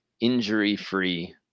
injury-free